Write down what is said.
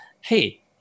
hey